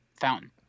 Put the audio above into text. fountain